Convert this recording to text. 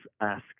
ask